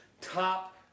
top